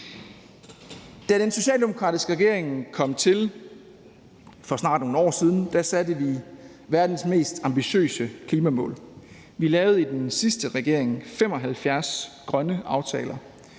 Da den socialdemokratiske regering kom til for snart nogle år siden, satte vi verdens mest ambitiøse klimamål. Vi lavede i den sidste regering 75 grønne aftaler